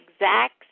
exact